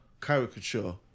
caricature